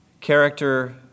character